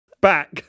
back